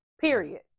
Period